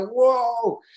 whoa